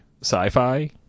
sci-fi